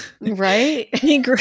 right